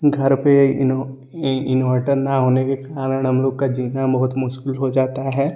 घर पर इनो इन्वर्टर न होने के कारण हम लोग का जीना बहुत मुश्किल हो जाता है